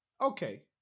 okay